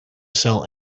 sell